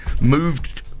moved